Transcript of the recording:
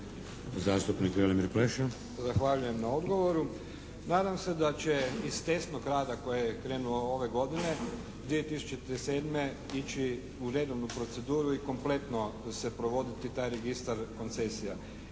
**Pleša, Velimir (HDZ)** Zahvaljujem na odgovoru. Nadam se da će iz testnog rada koji je krenuo ove godine 2007. ići u redovnu proceduru i kompletno se provoditi taj registar koncesija.